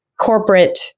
corporate